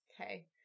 Okay